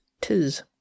Tis